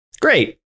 Great